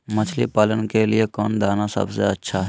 मछली पालन के लिए कौन दाना सबसे अच्छा है?